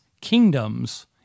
kingdoms